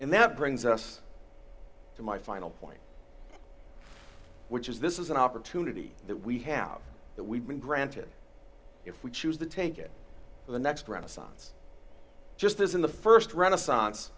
and that brings us to my final point which is this is an opportunity that we have that we've been granted if we choose to take it to the next renaissance just as in the st renaissance